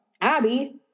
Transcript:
Abby